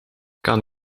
kan